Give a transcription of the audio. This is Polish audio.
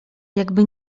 jakby